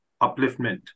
upliftment